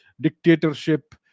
dictatorship